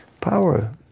power